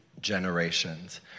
generations